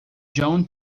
john